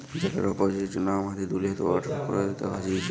জলের অপচয়ের জ্যনহে আমাদের দুলিয়াতে ওয়াটার কেরাইসিস্ দ্যাখা দিঁয়েছে